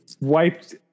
wiped